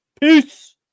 Peace